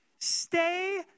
Stay